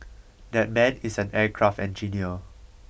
that man is an aircraft engineer